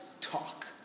talk